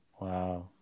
Wow